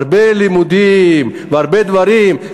הרבה לימודים והרבה דברים.